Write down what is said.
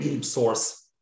source